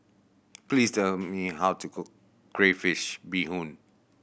please tell me how to cook crayfish beehoon